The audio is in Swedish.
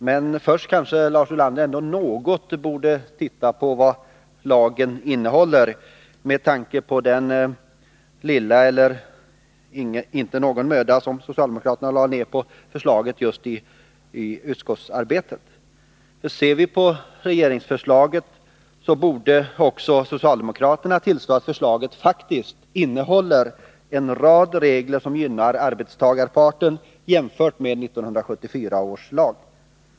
Men först kanske han ändå något borde titta på vad lagen innehåller med tanke på den lilla eller obefintliga möda som socialdemokraterna lade ned på förslaget just i utskottsarbetet. Om de ser efter, borde också socialdemokraterna tillstå att regeringsförslaget faktiskt innehåller en rad regler som gynnar arbetstagarparten jämfört med 1974 års lag.